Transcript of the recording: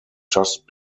just